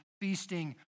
feasting